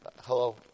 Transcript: Hello